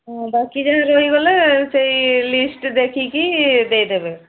ବାକି ଯାହା ରହିଗଲା ସେଇ ଲିଷ୍ଟ ଦେଖିକି ଦେଇ ଦେବେ